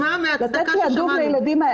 לתת תעדוף לילדים,